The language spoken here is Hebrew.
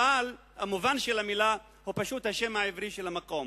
אבל המובן של המלה הוא פשוט השם העברי של המקום.